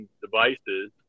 devices